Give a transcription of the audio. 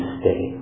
stay